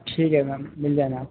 ठीक है मैम मिल जाना आप